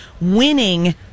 winning